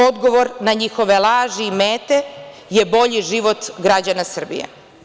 Odgovor na njihove laži i mete je bolji život građana Srbije.